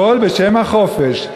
הכול בשם החופש.